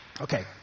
Okay